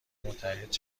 متعهد